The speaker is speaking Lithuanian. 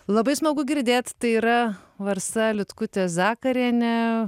labai smagu girdėt tai yra varsa liutkutė zakarienė